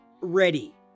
ready